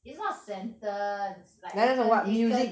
is not sentence like 一根一根